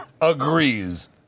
agrees